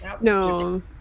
No